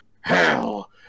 Hell